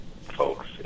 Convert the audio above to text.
folks